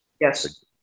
Yes